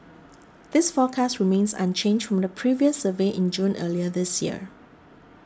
this forecast remains unchanged from the previous survey in June earlier this year